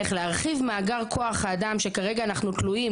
איך להרחיב מאגר כוח האדם שכרגע אנחנו תלויים